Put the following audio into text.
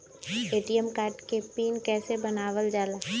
ATM card के PIN कैसे बनावल जाला?